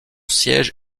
siège